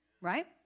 right